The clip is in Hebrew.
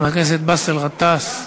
חבר הכנסת באסל גטאס,